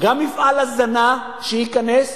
וגם מפעל הזנה שייכנס.